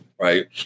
Right